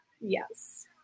Yes